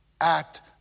Act